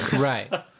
Right